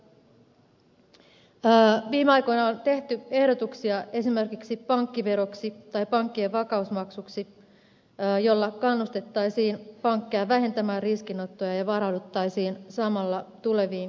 viime aikoina on tehty ehdotuksia esimerkiksi pankkiveroksi tai pankkien vakausmaksuksi jolla kannustettaisiin pankkeja vähentämään riskinottoa ja varauduttaisiin samalla tuleviin kriiseihin